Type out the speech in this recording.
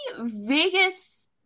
vegas